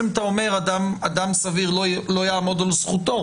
אתה אומר שאדם סביר לא יעמוד על זכותו.